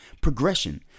progression